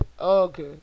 okay